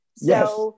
Yes